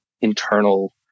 internal